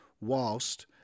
whilst